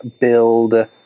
build